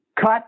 cut